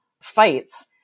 fights